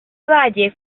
valle